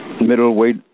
middleweight